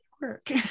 work